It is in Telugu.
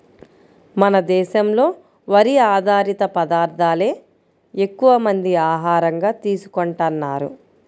మన దేశంలో వరి ఆధారిత పదార్దాలే ఎక్కువమంది ఆహారంగా తీసుకుంటన్నారు